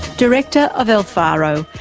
director of el faro,